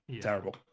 Terrible